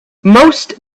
most